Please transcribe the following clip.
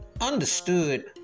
understood